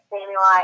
Samuel